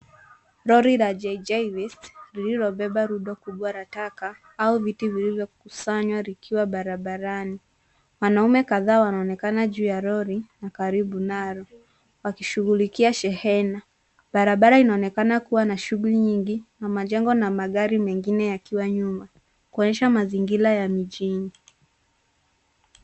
Lori la JJ waste lililobeba rundo kubwa la taka au vitu vilivyokusanywa likiwa barabarani. Wanaume kadhaa wanaonekana juu ya lori na karibu nalo wakishughulikia shehena. Barabara inaonekana kuwa na shughuli nyingi na majengo na magari mengine yakiwa nyuma kuonyesha mazingira ya mijini.